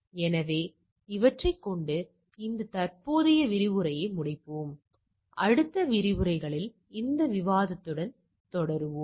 எனவே இவற்றைக் கொண்டு இந்த தற்போதைய விரிவுரையை முடிப்போம் அடுத்தடுத்த விரிவுரைகளில் இந்த விவாதத்துடன் தொடருவோம்